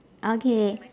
okay